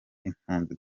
impunzi